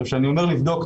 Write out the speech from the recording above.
כשאני אומר לבדוק,